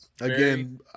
again